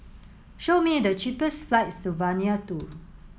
show me the cheapest flights to Vanuatu